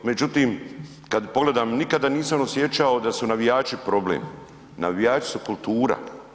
Međutim, kad pogledam nikada nisam osjećao da su navijači problem, navijači su kultura.